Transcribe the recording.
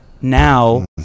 Now